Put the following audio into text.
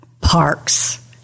parks